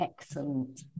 Excellent